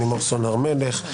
לימור סון הר מלך.